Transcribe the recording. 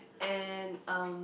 and um